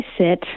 sit